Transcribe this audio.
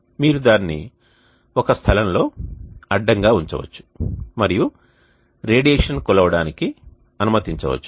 మీరు దానిని ఒక స్థలంలో అడ్డంగా ఉంచవచ్చు మరియు రేడియేషన్ను కొలవడానికి అనుమతించవచ్చు